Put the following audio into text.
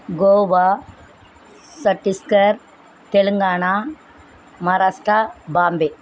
Goa Chhattisgarh Telangana Maharashtra Bombay